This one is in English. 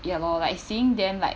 ya lor like seeing them like